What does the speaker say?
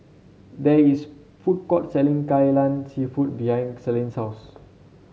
there is food court selling Kai Lan seafood behind Selene's house